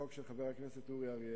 הצעת חוק של חבר הכנסת אורי אריאל,